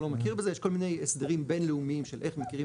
לא מכיר בזה יש כל מיני הסדרים בינלאומיים של איך מכירים